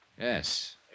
Yes